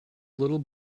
little